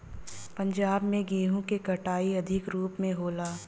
पंजाब में गेंहू क कटाई अधिक रूप में होला